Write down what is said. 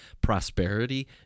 prosperity